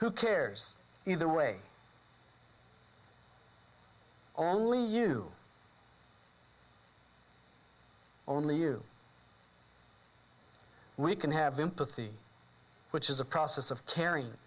who cares either way only you only you we can have empathy which is a process of caring